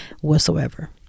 whatsoever